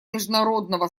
международного